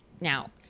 now